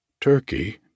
turkey